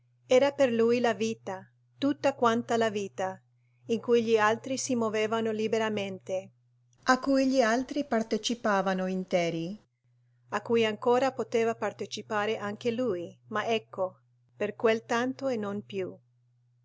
era per lui la vita tutta quanta la vita in cui gli altri si movevano liberamente a cui gli altri partecipavano interi a cui ancora poteva partecipare anche lui ma ecco per quel tanto e non più